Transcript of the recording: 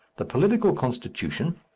the political constitution,